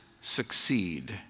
succeed